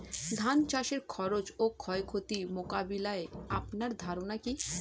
ধান চাষের খরচ ও ক্ষয়ক্ষতি মোকাবিলায় আপনার ধারণা কী?